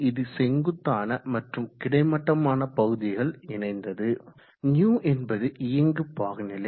இது செங்குத்தான மற்றும் கிடைமட்ட மான பகுதிகள் இணைந்தது υ என்பது இயங்கு பாகுநிலை